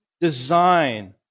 design